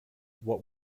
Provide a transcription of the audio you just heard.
what